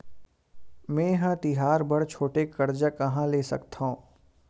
मेंहा तिहार बर छोटे कर्जा कहाँ ले सकथव?